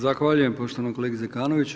Zahvaljujem poštovanom kolegi Zekanoviću.